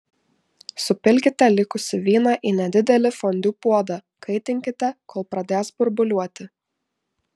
supilkite likusį vyną į nedidelį fondiu puodą kaitinkite kol pradės burbuliuoti